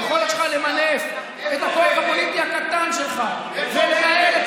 היכולת שלך למנף את הכוח הפוליטי הקטן שלך ולנהל את